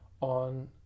on